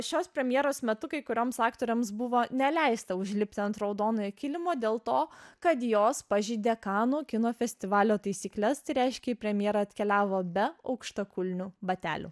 šios premjeros metu kai kurioms aktorėms buvo neleista užlipti ant raudonojo kilimo dėl to kad jos pažeidė kanų kino festivalio taisykles tai reiškia į premjerą atkeliavo be aukštakulnių batelių